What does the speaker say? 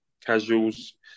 casuals